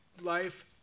life